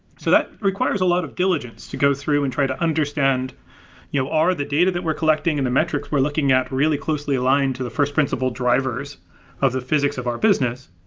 so that requires a lot of diligence to go through and try to understand you know are the data that we're collecting and the metrics we're looking at really closely align to the first principle drivers of the physics of our business?